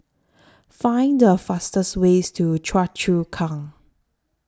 Find The fastest Way to Choa Chu Kang